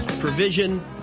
Provision